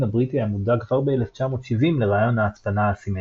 הבריטי היה מודע כבר ב-1970 לרעיון ההצפנה האסימטרית.